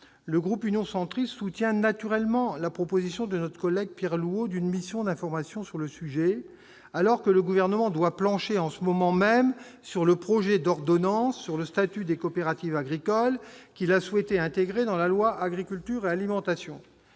Le groupe Union Centriste soutient naturellement la proposition de notre collègue Pierre Louault d'une mission d'information sur le sujet, alors que le Gouvernement doit « plancher », en ce moment même, sur le projet d'ordonnance sur le statut des coopératives agricoles qu'il a souhaité intégrer dans la loi Agriculture et alimentation.